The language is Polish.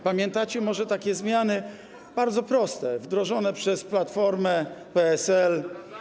Pamiętacie może takie zmiany, bardzo proste, wdrożone przez Platformę i PSL?